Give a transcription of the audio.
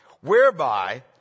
Whereby